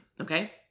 okay